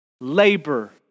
Labor